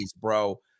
bro